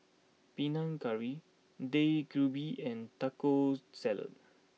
Panang Curry Dak Galbi and Taco Salad